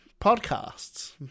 podcasts